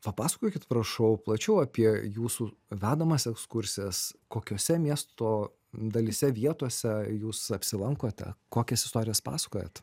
papasakokit prašau plačiau apie jūsų vedamas ekskursijas kokiose miesto dalyse vietose jūs apsilankote kokias istorijas pasakojat